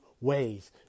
ways